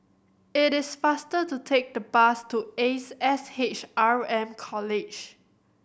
it is faster to take the bus to Ace S H R M College